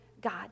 God